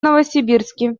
новосибирске